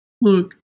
look